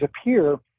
appear